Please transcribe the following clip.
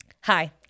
Hi